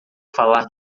falar